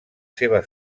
seva